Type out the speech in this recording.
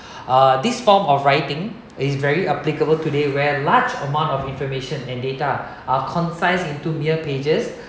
uh this form of writing is very applicable today where large amount of information and data are concise into mere pages